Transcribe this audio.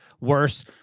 worse